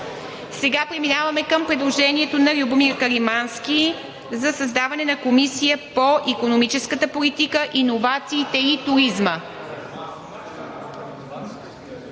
Сега преминаваме към предложението на Любомир Каримански – за създаване на Комисия по икономическата политика, иновациите и туризма.